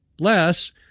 Less